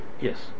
Yes